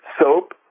soap